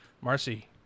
Marcy